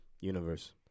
universe